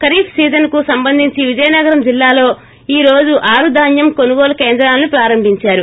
ఖరీఫ్ సీజన్కు సంబంధించి విజయనగరం జిల్లాలో ఈ రోజు ఆరు ధాన్యం కొనుగోలు కేంద్రాలను ప్రారంభించారు